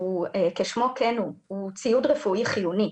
כשמו כן הוא, הוא ציוד רפואי חיוני.